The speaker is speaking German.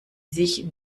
sich